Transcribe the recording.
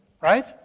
right